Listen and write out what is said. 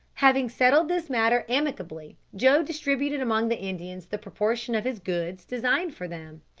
having settled this matter amicably, joe distributed among the indians the proportion of his goods designed for them,